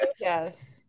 Yes